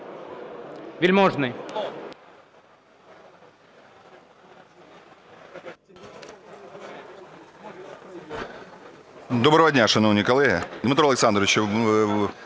Доброго дня, шановні колеги! Дмитро Олександровичу,